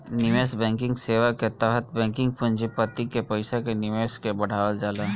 निवेश बैंकिंग सेवा के तहत बैंक पूँजीपति के पईसा के निवेश के बढ़ावल जाला